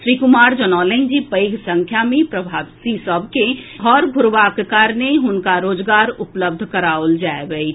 श्री कुमार जनौलनि जे पैघ संख्या मे प्रवासी सभ के घर घूरबाक कारणे हुनका रोजगार उपलब्ध कराओल जाएब अछि